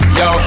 yo